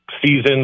seasons